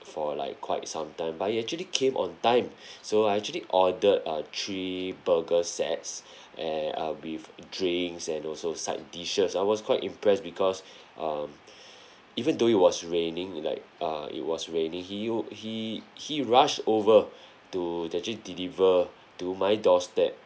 for like quite sometime but he actually came on time so I actually ordered uh three burger sets eh uh with drinks and also side dishes I was quite impressed because um even though it was raining like uh it was rainy he u~ he he rushed over to actually deliver to my doorstep